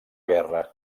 guerra